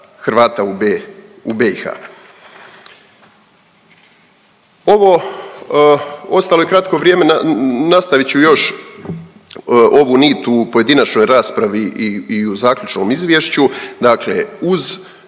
Hrvata u BiH. Ovo ostalo je kratko vrijeme nastavit ću još ovu nit u pojedinačnoj raspravi i u zaključnom izvješću. Dakle, uz